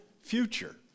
future